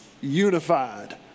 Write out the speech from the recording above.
unified